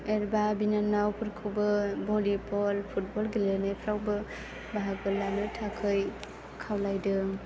आरो एबा बिनानावफोरखौबो भलिबल फुटबल गेलेनायफोरावबो बाहागो लानो थाखाय खावलायदों